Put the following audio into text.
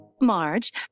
marge